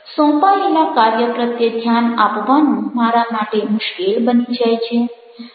સોંપાયલા કાર્ય પ્રત્યે ધ્યાન આપવાનું મારા માટે મુશ્કેલ બની જાય છે